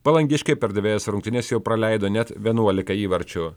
palangiškiai per dvejas rungtynes jau praleido net vienuolika įvarčių